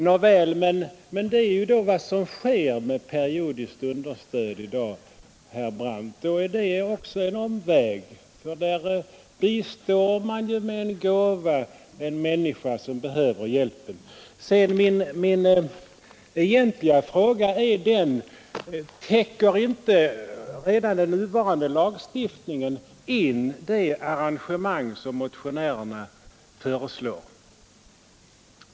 Nåväl, men det är då vad som sker med periodiskt understöd i dag, herr Brandt. Då är det också en omväg, eftersom det innebär att man med en gåva bistår en människa som behöver hjälp. Min egentliga fråga är: Täcker inte redan den nuvarande lagstiftningen in det arrangemang som motionärerna föreslår?